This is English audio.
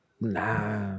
Nah